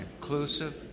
inclusive